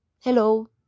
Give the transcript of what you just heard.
Hello